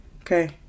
okay